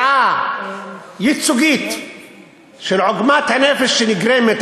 תביעה ייצוגית על עוגמת הנפש שנגרמת